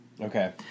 Okay